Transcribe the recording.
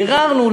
ביררנו.